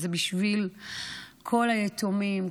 וזה בשביל כל היתומים,